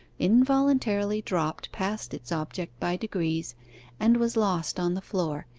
involuntarily dropped past its object by degrees and was lost on the floor,